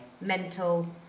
mental